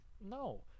no